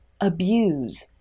abuse